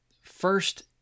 first